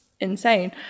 insane